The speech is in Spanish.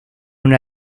una